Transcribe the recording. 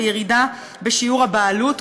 וירידה בשיעור הבעלות,